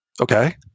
Okay